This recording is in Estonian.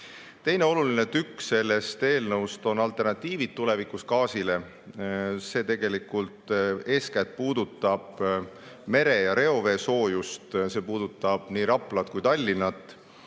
Teine oluline tükk sellest eelnõust on alternatiivid tulevikus gaasile. See puudutab eeskätt mere- ja reovee soojust. See puudutab nii Raplat kui ka Tallinnat.